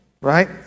right